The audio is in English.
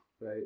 Right